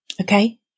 Okay